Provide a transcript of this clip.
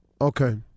Okay